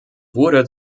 wurde